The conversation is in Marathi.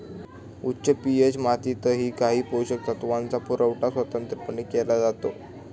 उच्च पी.एच मातीतही काही पोषक तत्वांचा पुरवठा स्वतंत्रपणे केला जातो